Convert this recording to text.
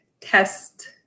test